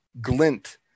glint